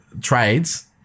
trades